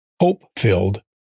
hope-filled